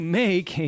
make